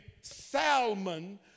salmon